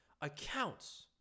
accounts